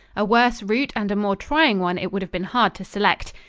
a worse route and a more trying one it would have been hard to select.